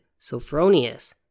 Sophronius